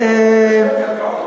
לנשל קרקעות,